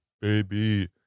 baby